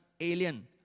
alien